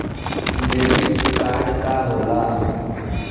Debit card का होला?